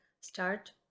start